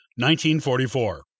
1944